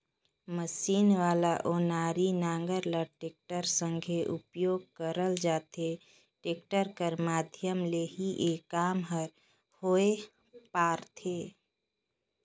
machine वाला ओनारी नांगर ल टेक्टर संघे उपियोग करल जाथे, टेक्टर कर माध्यम ले ही ए काम हर होए पारथे